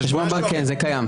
חשבון בנק כן, זה קיים.